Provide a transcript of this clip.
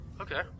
Okay